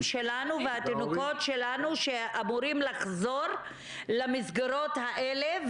שלנו והתינוקות שלנו שאמורים לחזור למסגרות האלה.